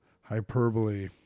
hyperbole